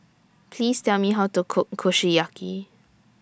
Please Tell Me How to Cook Kushiyaki